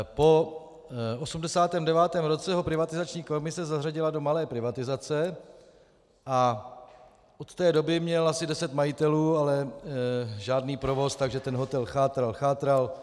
Po 89. roce ho privatizační komise zařadila do malé privatizace a od té doby měl asi deset majitelů, ale žádný provoz, takže ten hotel chátral, chátral.